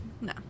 No